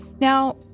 Now